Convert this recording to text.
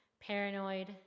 paranoid